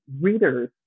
readers